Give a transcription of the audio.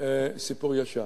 סיפור ישן.